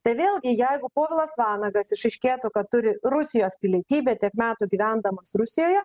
tai vėlgi jeigu povilas vanagas išaiškėtų kad turi rusijos pilietybę tiek metų gyvendamas rusijoje